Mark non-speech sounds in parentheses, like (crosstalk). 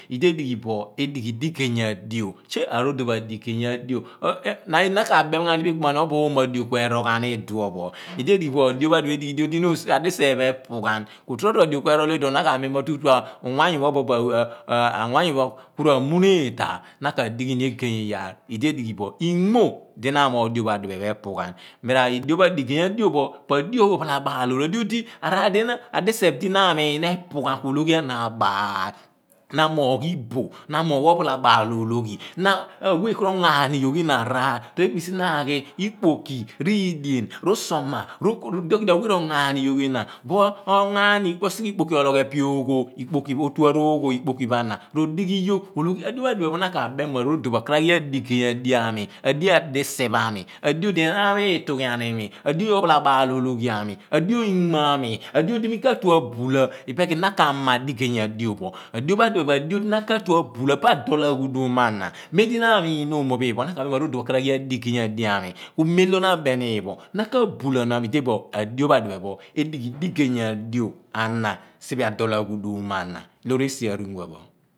Idi edighi bo, edighi digeey adio chiey aroodon pho adigey adio (unintelligible) na kabeem ghaani pa ekpom mana mo oom o adio kuerool ghan iduun pho idi edighi bo adio pho adiphe pho edighi dio di adiseph pho epughen tu tro tro bo a dio kue roo̱l ghan iduopho na kabeem ghan mo tutu a (unintelligible) uwaa nyu pho kura muneen, na ka di ghi ni egey iyaar i diodighi bo inmo di na amoogh dio pho adiphe pho epughaan (unintelligible) adigey a diopho po a dio ophala baal ologhi. Adio di, a diseph di na moogh epughan, na amoogh iboh, na a moogh ophalabaal olooghi, na awe̱ ku roghooghia ni yoogh ina raar, toro ekpisi na ghi ikpoki riidien rusuuma, rukuuru, iduon kuidi awe rongoaani yoogh ina, buo onghaa osighe ikpoki oloogh epeh otu a roogho ikpoki pho ana ro dighi yoogh dio pho a diphe pho na kebeem ni mo arodon pho okaraghi adio ami adio a diseph ami, adio di enaan pho itughian imi, adio ophalabaal ologhi ami adio inmo a mi adio di mi katue a bula. I peeh kidi na kama digey adio pho, adi pho adiphe pho adio di na katue abula pa adool aghuduum mo a na memdi na amii n omoophi phen pho na ka beem ni ma rodon pho okara ghi adigey adio ami. ku mem lo na mem epho, na ka buula (unintelligible) adio pho adiphe pho odighi digey adio anu ana siphe adoo̱l a ghuduum mo ana loo̱r esi aruphoua pho.